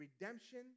redemption